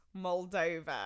Moldova